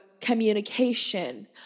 communication